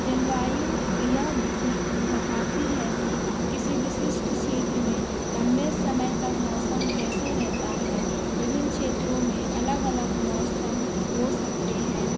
जलवायु यह बह बहाती है कि किसी विशिष्ट क्षेत्र में लम्बे समय तक मौसम कैसे रहता है विभिन्न क्षेत्रों में अलग अलग मौसम हो सकते हैं